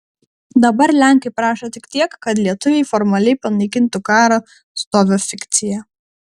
dabar lenkai prašo tik tiek kad lietuviai formaliai panaikintų karo stovio fikciją